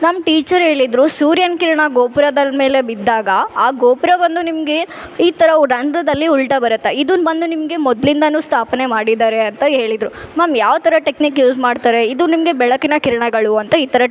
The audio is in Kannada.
ನಮ್ಮ ಟೀಚರ್ ಏಳಿದ್ರು ಸೂರ್ಯನ್ ಕಿರಣ ಗೋಪುರದಲ್ ಮೇಲೆ ಬಿದ್ದಾಗ ಆ ಗೋಪುರವನ್ನು ನಿಮ್ಗೆ ಈ ತರ ರಂದ್ರದಲ್ಲಿಉಲ್ಟಾ ಬರತ್ತೆ ಇದುನ್ ಬಂದ್ ನಿಮ್ಗೆ ಮೊದ್ಲಿಂದಾನು ಸ್ಥಾಪನೆ ಮಾಡಿದ್ದಾರೆ ಅಂತ ಏಳಿದ್ರು ಮಾಮ್ ಯಾವ್ತರ ಟೆಕ್ನಿಕ್ ಯೂಸ್ ಮಾಡ್ತಾರೆ ಇದು ನಿಮ್ಗೆ ಬೆಳಕಿನ ಕಿರಣಗಳು ಅಂತ ಈ ತರ